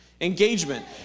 Engagement